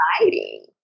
exciting